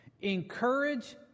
encourage